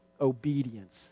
obedience